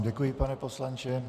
Děkuji vám, pane poslanče.